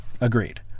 Agreed